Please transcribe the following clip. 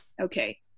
okay